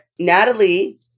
Natalie